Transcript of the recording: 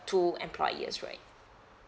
two employers right